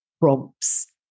prompts